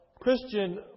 Christian